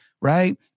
Right